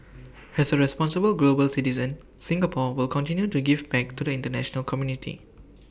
as A responsible global citizen Singapore will continue to give back to the International community